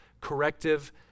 corrective